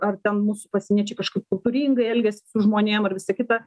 ar ten mūsų pasieniečiai kažkaip kultūringai elgiasi su žmonėm ar visa kita